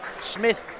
Smith